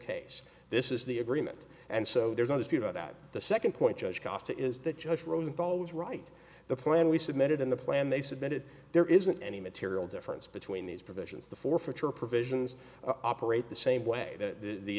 case this is the agreement and so there's no dispute about that the second point judge costa is that judge rosenthal was right the plan we submitted in the plan they submitted there isn't any material difference between these provisions the forfeiture provisions operate the same way that the